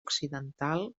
occidental